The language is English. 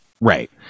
right